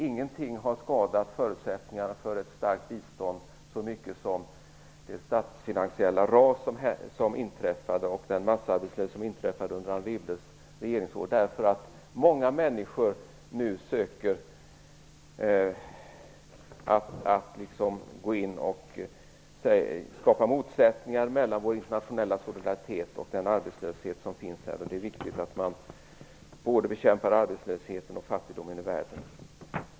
Ingenting har skadat förutsättningarna för ett starkt bistånd så mycket som det statsfinansiella ras och den massarbetslöshet som inträffade under Anne Wibbles regeringsår. Många människor försöker nu skapa motsättningar mellan vår internationella solidaritet och den arbetslöshet som finns här. Det är viktigt att man både bekämpar arbetslösheten och fattigdomen i världen.